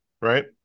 right